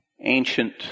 ancient